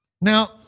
Now